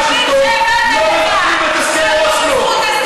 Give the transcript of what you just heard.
כמה, נולדו בזכות אוסלו.